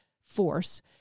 force